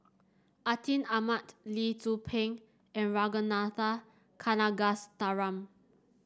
Atin Amat Lee Tzu Pheng and Ragunathar Kanagasuntheram